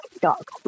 dog